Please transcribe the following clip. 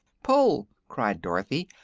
pull! cried dorothy,